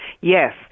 Yes